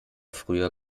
früher